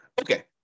Okay